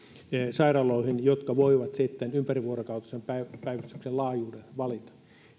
sairaaloihin jotka voivat ympärivuorokautisen päivystyksen laajuuden valita